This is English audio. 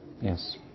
Yes